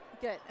Good